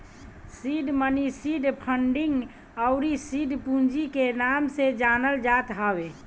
seed money seed funding अउरी seed पूंजी के नाम से जानल जात हवे